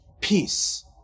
peace